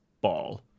ball